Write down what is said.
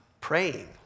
praying